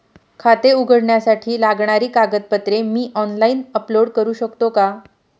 खाते उघडण्यासाठी लागणारी कागदपत्रे मी ऑनलाइन अपलोड करू शकतो का?